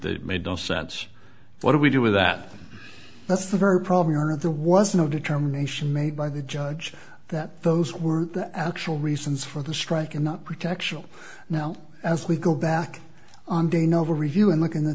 that made no sense what do we do with that that's the very problem or if there was no determination made by the judge that those were the actual reasons for the strike and not protection now as we go back on de novo review and look in the